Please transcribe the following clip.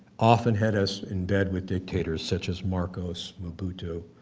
often had us in bed with dictators such as marcos, mobuto,